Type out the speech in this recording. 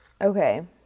Okay